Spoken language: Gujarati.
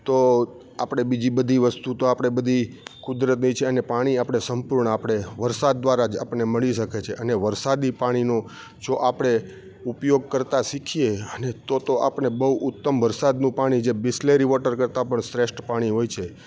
તો આપણે બીજી બધી વસ્તુ તો આપણે બધી કુદરતની છે ને પાણી આપણે સંપૂર્ણ આપણે વરસાદ દ્વારા જ આપણને મળી શકે છે અને વરસાદી પાણીનો જો આપણે ઉપયોગ કરતાં શીખીએ અને તોતો આપણે બહુ ઉત્તમ વરસાદનું પાણી જે બિસલેરી વોટર કરતાં પણ શ્રેષ્ઠ પાણી હોય છે